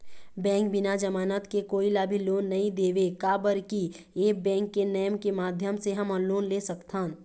Bank बिना जमानत के कोई ला भी लोन नहीं देवे का बर की ऐप बैंक के नेम के माध्यम से हमन लोन ले सकथन?